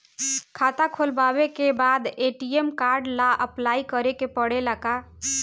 खाता खोलबाबे के बाद ए.टी.एम कार्ड ला अपलाई करे के पड़ेले का?